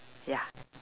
ya